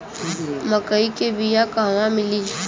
मक्कई के बिया क़हवा मिली?